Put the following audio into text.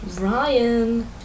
Ryan